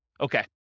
Okay